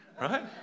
right